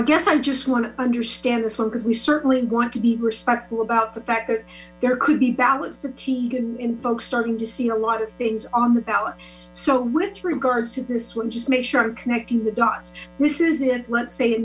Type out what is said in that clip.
i guess i just want to understand this one because we certainly want to be respectful about the fact that there could be ballots of teege and folks starting to see a lot of things on the ballot so with regards to this one just make sure i'm connecting the dots this is it let's say a